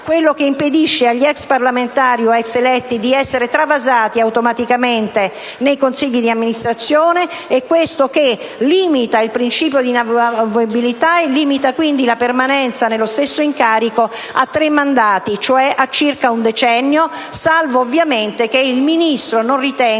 Quello che impedisce agli ex parlamentari o ex eletti di essere travasati automaticamente nei consigli di amministrazione e quello che limita il principio di inamovibilità e quindi la permanenza nello stesso incarico a tre mandati, cioè a circa un decennio, salvo ovviamente che il Ministro ritenga